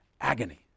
agony